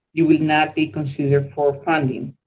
you will not be considered for funding.